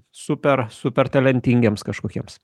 super super talentingiems kažkokiems